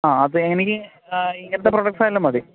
ആ അതെ എനിക്ക് ഇങ്ങനത്തെ പ്രോഡക്ട്സ് ആയാലും മതി